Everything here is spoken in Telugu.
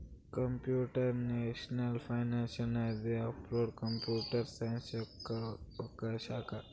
కంప్యూటేషనల్ ఫైనాన్స్ అనేది అప్లైడ్ కంప్యూటర్ సైన్స్ యొక్క ఒక శాఖ